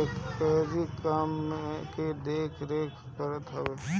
एकरी काम के देख रेख करत हवे